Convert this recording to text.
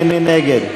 מי נגד?